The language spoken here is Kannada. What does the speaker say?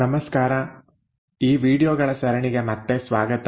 ನಮಸ್ಕಾರ ಈ ವೀಡಿಯೊಗಳ ಸರಣಿಗೆ ಮತ್ತೆ ಸ್ವಾಗತ